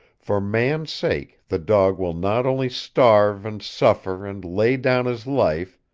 for man's sake the dog will not only starve and suffer and lay down his life,